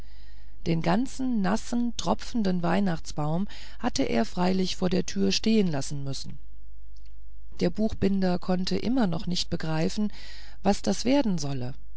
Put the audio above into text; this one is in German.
den ganz nassen tropfenden weihnachtsbaum hatte er freilich vor der türe stehen lassen müssen der buchbinder konnte noch immer nicht begreifen was das werden sollte